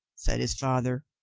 said his father.